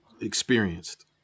experienced